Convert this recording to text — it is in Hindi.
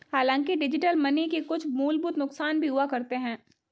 हांलाकि डिजिटल मनी के कुछ मूलभूत नुकसान भी हुआ करते हैं